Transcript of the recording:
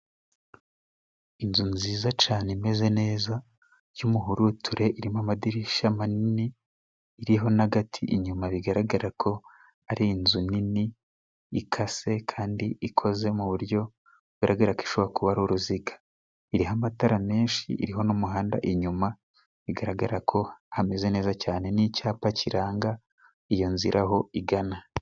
Inzu nziza cane imeze neza y'umuhuruture irimo amadirisha manini iriho na gati inyuma bigaragara ko ari inzu nini ikase kandi ikoze mu buryo bugaragara ko ishobora kuba ari uruziga iriho amatara menshi iriho n'umuhanda inyuma bigaragara ko hameze neza cyane n'icyapa kiranga iyo nzira aho igana.